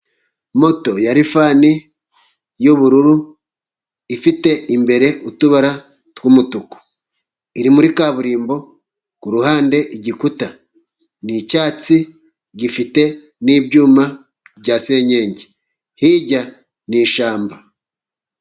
Moto ya lifani y'ubururu ifite imbere utubara tw'umutuku. Iri muri kaburimbo ku ruhande igikuta ni icyatsi gifite n'ibyuma bya senyengi, hirya ni ishyamba.